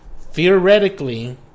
theoretically